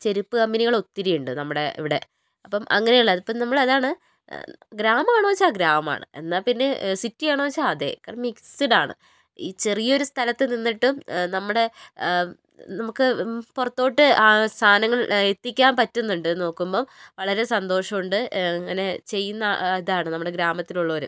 ചെരുപ്പ് കമ്പനികൾ ഒത്തിരിയുണ്ട് നമ്മുടെ ഇവിടെ അപ്പം അങ്ങനെയുള്ള അതിപ്പം നമ്മൾ അതാണ് ഗ്രാമം ആണോ വെച്ചാൽ ഗ്രാമം ആണ് എന്നാൽ പിന്നെ സിറ്റി ആണോ വെച്ചാൽ അതെ കാരണം മിക്സഡ് ആണ് ഈ ചെറിയൊരു സ്ഥലത്ത് നിന്നിട്ടും നമ്മുടെ നമുക്ക് പുറത്തോട്ട് സാധനങ്ങൾ എത്തിക്കാൻ പറ്റുന്നുണ്ട് എന്ന് നോക്കുമ്പോൾ വളരെ സന്തോഷം ഉണ്ട് അങ്ങനെ ചെയ്യുന്ന ഇതാണ് നമ്മുടെ ഗ്രാമത്തിലുള്ളവർ